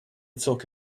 talk